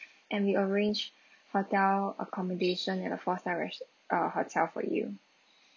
and we arrange hotel accommodation at the four star res~ uh hotel for you